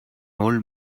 old